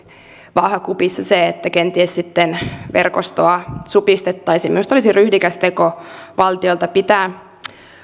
vaakakupissa että kenties sitten verkostoa supistettaisiin minusta olisi ryhdikäs teko valtiolta pitää